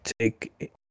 take